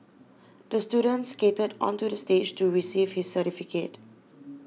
the student skated onto the stage to receive his certificate